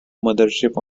mothership